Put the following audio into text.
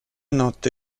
notte